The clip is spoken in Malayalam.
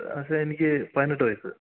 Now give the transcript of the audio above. മാഷേ എനിക്ക് പതിനെട്ട് വയസ്സ്